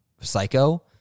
Psycho